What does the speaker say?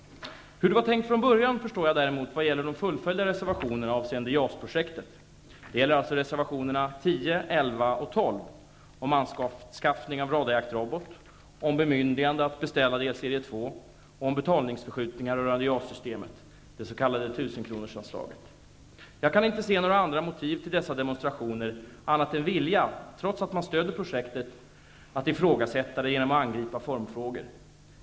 Hur det var tänkt från början förstår jag däremot vad gäller de fullföljda reservationerna avseende Jag kan inte se några andra motiv till dessa demonstrationer än att vilja, trots att man stöder projektet, ifrågasätta det genom att angripa formfrågor.